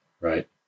right